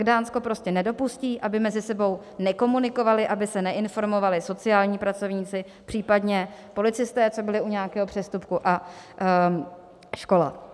Dánsko prostě nedopustí, aby mezi sebou nekomunikovali, aby se neinformovali sociální pracovníci, případně policisté, co byli u nějakého přestupku, a škola.